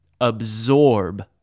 absorb